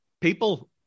people